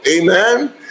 amen